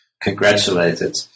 congratulated